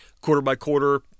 quarter-by-quarter